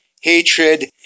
hatred